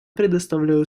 предоставляю